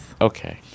Okay